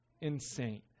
insane